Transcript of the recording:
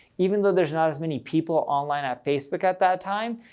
even though there's not as many people online at facebook at that time,